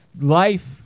life